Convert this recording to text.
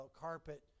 carpet